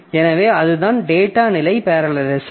எனவே அதுதான் டேட்டா நிலை பேரலலிசம்